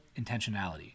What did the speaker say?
intentionality